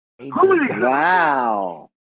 Wow